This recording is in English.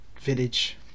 village